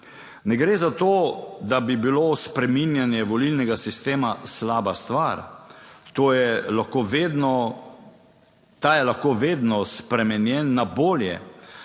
Ne gre za to, da bi bilo spreminjanje volilnega sistema slaba stvar, to je lahko vedno, ta je